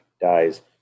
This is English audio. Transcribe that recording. dies